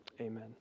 amen